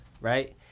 right